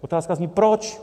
Otázka zní: Proč?